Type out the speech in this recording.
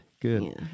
good